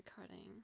recording